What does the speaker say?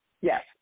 Yes